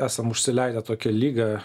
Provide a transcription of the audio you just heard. esam užsileidę tokią ligą